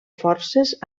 forces